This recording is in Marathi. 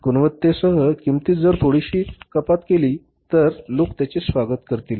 गुणवत्तेसह किंमतीत जर थोडीशी कपात केली तर लोक त्याचे स्वागत करतील